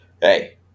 Hey